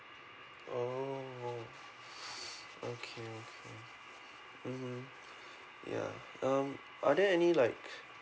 oh oh okay okay mmhmm ya um are there any like